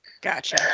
gotcha